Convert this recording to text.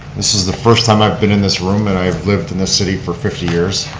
this is the first time i've been in this room and i've lived in this city for fifty years,